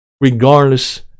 Regardless